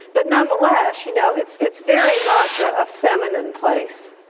but nonetheless, you know, it's it's very much a feminine place,